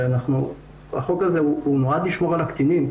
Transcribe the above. החוק הזה נועד לשמור על הקטינים.